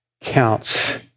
counts